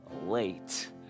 late